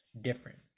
different